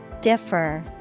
differ